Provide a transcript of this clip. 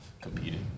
competing